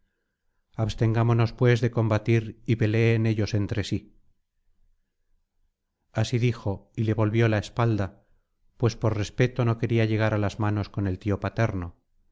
mueren abstengámonos pues de combatir y peleen ellos entre sí así dijo y le volvió la espalda pues por respeto no quería llegar á las manos con el tío paterno